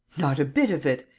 not a bit of it!